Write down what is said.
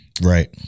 Right